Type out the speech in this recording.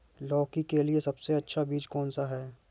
लौकी के लिए सबसे अच्छा बीज कौन सा है?